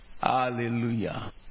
Hallelujah